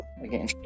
again